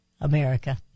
America